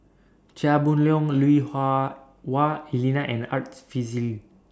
Chia Boon Leong Lui Hah Wah Elena and Arts Fazil